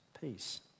peace